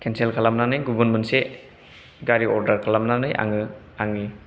खालामनानै गुबुन मोनसे गारि अरदार खालामनानै आङो आंनि